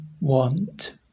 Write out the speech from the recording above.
want